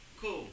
cool